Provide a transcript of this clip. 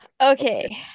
Okay